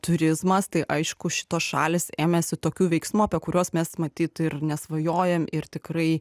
turizmas tai aišku šitos šalys ėmėsi tokių veiksmų apie kuriuos mes matyt ir nesvajojam ir tikrai